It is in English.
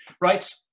Right